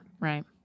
Right